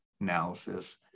analysis